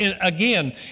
again